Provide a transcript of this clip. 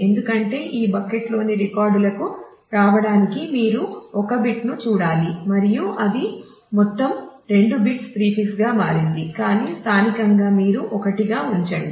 ఎందుకంటే ఈ బకెట్లోని రికార్డులకు రావడానికి మీరు ఒక బిట్ ను చూడాలి మరియు అది మొత్తం 2 బిట్స్ ప్రీఫిక్ గా మారింది కానీ స్థానికంగా మీరు 1 గా ఉంచండి